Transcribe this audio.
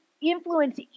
influence